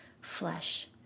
flesh